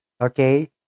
Okay